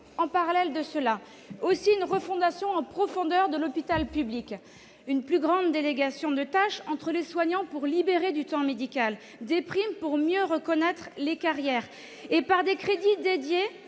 proposons également une refondation en profondeur de l'hôpital public : une plus grande délégation de tâches entre les soignants pour libérer du temps médical, des primes pour mieux reconnaître les carrières et des crédits dédiés